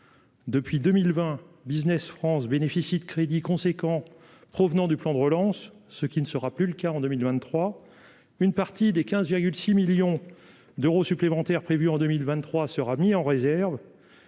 Depuis 2020 Business France bénéficient de crédits conséquents provenant du plan de relance, ce qui ne sera plus le cas en 2023, une partie des 15,6 millions d'euros supplémentaires prévus en 2023 sera mis en réserve